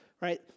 right